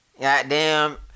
Goddamn